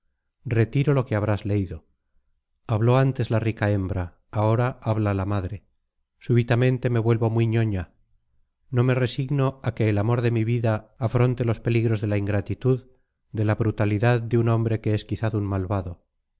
retiro lo que habrás leído habló antes la ricahembra ahora habla la madre súbitamente me vuelvo muy ñoña no me resigno a que el amor de mi vida afronte los peligros de la ingratitud de la brutalidad de un hombre que es quizás un malvado